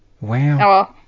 Wow